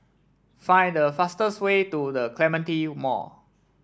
Find the fastest way to The Clementi Mall